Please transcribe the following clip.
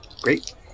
Great